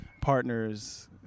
partners